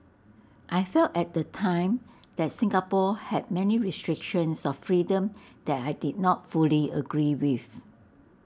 I felt at the time that Singapore had many restrictions on freedom that I did not fully agree with